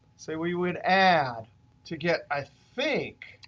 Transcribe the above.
so we would add to get, i think,